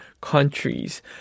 countries